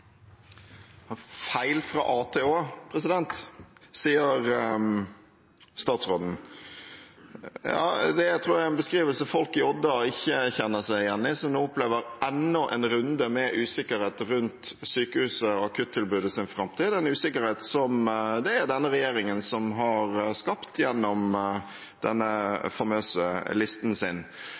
Feil fra a til å, sier statsråden. Det tror jeg er en beskrivelse folk i Odda ikke kjenner seg igjen i, som nå opplever enda en runde med usikkerhet rundt sykehuset og akuttilbudets framtid, en usikkerhet som denne regjeringen har skapt gjennom den famøse listen sin.